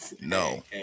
no